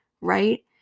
right